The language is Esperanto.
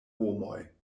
homoj